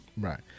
Right